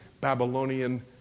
Babylonian